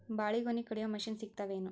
ಬಾಳಿಗೊನಿ ಕಡಿಯು ಮಷಿನ್ ಸಿಗತವೇನು?